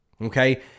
Okay